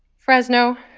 fresno,